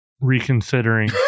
reconsidering